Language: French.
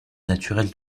naturelles